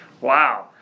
Wow